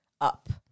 up